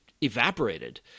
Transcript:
evaporated